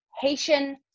Haitian